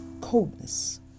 coldness